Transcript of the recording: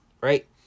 right